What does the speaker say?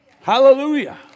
Hallelujah